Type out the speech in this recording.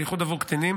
בייחוד עבור קטינים,